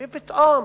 פתאום,